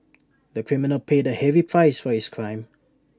the criminal paid A heavy price for his crime